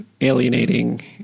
alienating